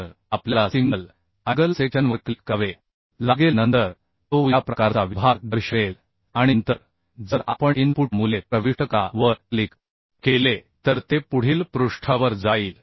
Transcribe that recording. तर आपल्याला single angle सेक्शनवर क्लिक करावे लागेल नंतर तो या प्रकारचा विभाग दर्शवेल आणि नंतर जर आपण इनपुट मूल्ये प्रविष्ट करा वर क्लिक केले तर ते पुढील पृष्ठावर जाईल